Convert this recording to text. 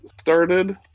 started